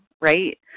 right